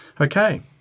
Okay